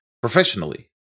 professionally